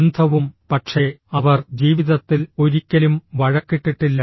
ബന്ധവും പക്ഷേ അവർ ജീവിതത്തിൽ ഒരിക്കലും വഴക്കിട്ടിട്ടില്ല